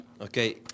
Okay